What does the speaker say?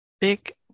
big